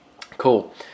Cool